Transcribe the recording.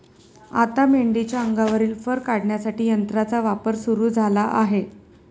आता मेंढीच्या अंगावरील फर काढण्यासाठी यंत्राचा वापर सुरू झाला आहे